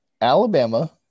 Alabama